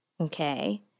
okay